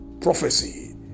Prophecy